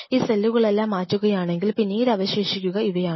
ഈ സെല്ലുകളെല്ലാം മാറ്റുകയാണെങ്കിൽ പിന്നീട് അവശേഷിക്കുക ഇവയാണ്